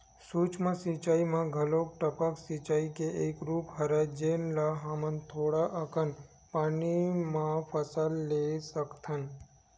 सूक्ष्म सिचई म घलोक टपक सिचई के एक रूप हरय जेन ले हमन थोड़ा अकन पानी म फसल ले सकथन